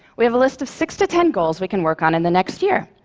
we have a list of six to ten goals we can work on in the next year.